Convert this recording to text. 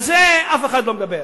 על זה אף אחד לא מדבר.